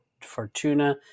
Fortuna